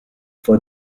for